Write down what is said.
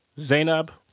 Zainab